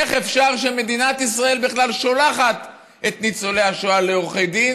איך אפשר שמדינת ישראל בכלל שולחת את ניצולי השואה לעורכי דין